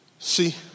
See